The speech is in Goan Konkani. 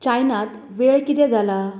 चायनांत वेळ कितें जाला